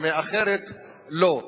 ומאחרת לא.